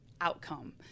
outcome